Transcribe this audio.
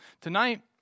tonight